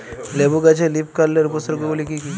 লেবু গাছে লীফকার্লের উপসর্গ গুলি কি কী?